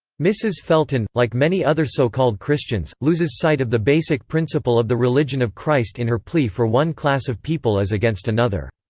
mrs. felton, like many other so-called christians, loses sight of the basic principle of the religion of christ in her plea for one class of people as against another.